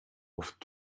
oft